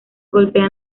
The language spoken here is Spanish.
golpea